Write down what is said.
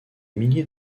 milliers